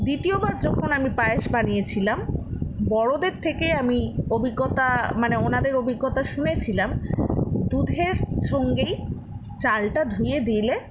দ্বিতীয় বার যখন আমি পায়েস বানিয়েছিলাম বড়োদের থেকে আমি অভিজ্ঞতা মানে ওনাদের অভিজ্ঞতা শুনেছিলাম দুধের সঙ্গেই চালটা ধুয়ে দিলে